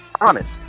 honest